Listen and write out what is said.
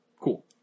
Cool